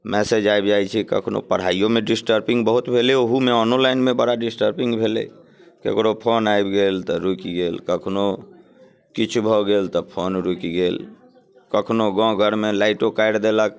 message आबि जाइत छै कखनहु पढ़ाइओमे डिस्टर्बिंग बहुत भेलै ओहूमे ओनोलाइनमे बड़ा डिस्टर्बिंग भेलै ककरो फोन आबि गेल तऽ रुकि गेल कखनहु किछु भऽ गेल तऽ फोन रुकि गेल कखनहु गाम घरमे लाइटो काटि देलक